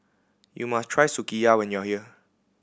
you must try Sukiyaki when you are here